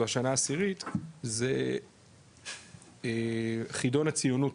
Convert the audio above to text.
זו השנה העשירית זה חידון הציונות